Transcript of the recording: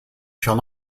shall